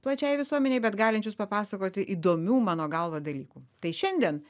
plačiai visuomenei bet galinčius papasakoti įdomių mano galva dalykų tai šiandien